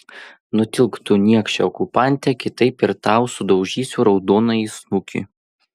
nutilk tu niekše okupante kitaip ir tau sudaužysiu raudonąjį snukį